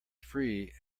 free